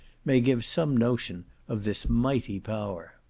may give some notion of this mighty power.